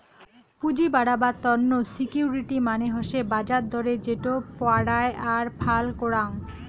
পুঁজি বাড়াবার তন্ন সিকিউরিটি মানে হসে বাজার দরে যেটো পারায় আর ফাল করাং